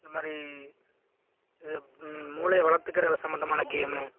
இந்த மாதிரி இதை மூளையை வளர்த்துக்கிறதுல சம்பந்தமான கேம்மு